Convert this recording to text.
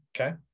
Okay